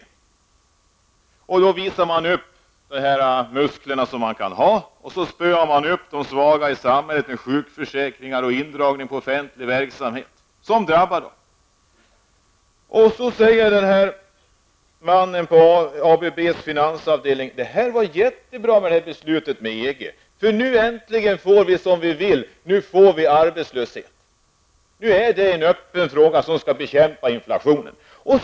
Regeringen visar upp sina muskler och spöar upp de svaga i samhället med försämrade sjukförsäkringar och indragning av offentlig verksamhet. Detta drabbar ju de svaga i samhället. Sedan säger mannen på ABBs finansavdelning att beslutet om EG var jättebra. Nu får vi äntligen som vi vill, nu får vi arbetslöshet som skall bekämpa inflationen, säger han.